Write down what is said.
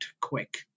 quick